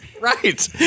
right